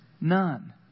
None